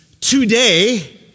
today